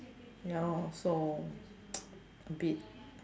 ya lor so a bit